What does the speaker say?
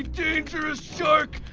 dangerous shark.